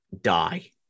die